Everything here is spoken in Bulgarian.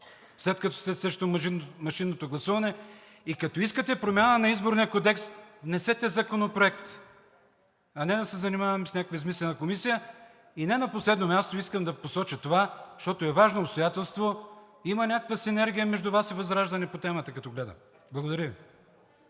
след като сте срещу машинното гласуване. Като искате промяна на Изборния кодекс, внесете законопроект, а не да се занимаваме с някаква измислена комисия. И не на последно място, искам да посоча това, защото е важно обстоятелство – има някаква синергия между Вас и ВЪЗРАЖДАНЕ по темата, като гледам. Благодаря Ви.